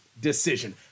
decision